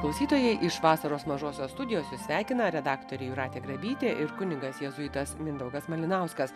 klausytojai iš vasaros mažosios studijos jus sveikina redaktorė jūratė grabytė ir kunigas jėzuitas mindaugas malinauskas